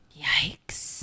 Yikes